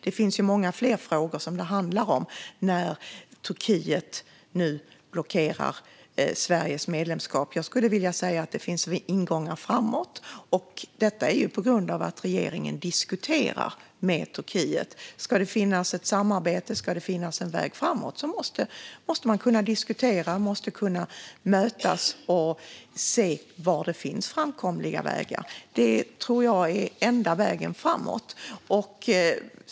Det finns många fler frågor som det handlar om när Turkiet nu blockerar Sveriges medlemskap. Jag skulle vilja säga att det finns ingångar framåt. Detta är på grund av att regeringen diskuterar med Turkiet. Ska det finnas ett samarbete, ska det finnas en väg framåt, måste man kunna diskutera, mötas och se var det finns framkomliga vägar. Det tror jag är enda vägen framåt.